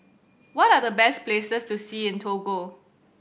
what are the best places to see in Togo